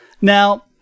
now